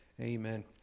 amen